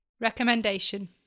Recommendation